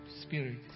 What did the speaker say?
Spirit